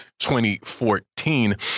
2014